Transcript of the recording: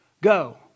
go